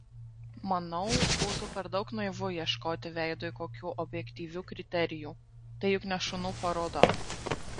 manau būtų per daug naivu ieškoti veidui kokių objektyvių kriterijų tai juk ne šunų paroda